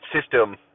system